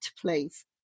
please